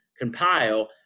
compile